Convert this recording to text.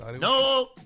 No